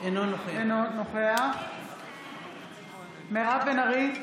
אינו נוכח מירב בן ארי,